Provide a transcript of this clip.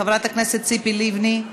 חברת הכנסת ציפי לבני,